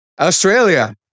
Australia